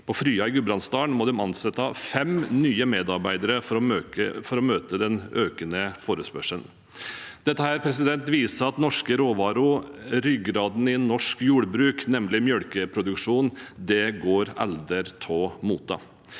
på Frya i Gudbrandsdalen må de ansette fem nye medarbeidere for å møte den økende etterspørselen. Dette viser at norske råvarer og ryggraden i norsk jordbruk, nemlig melkeproduksjon, aldri går av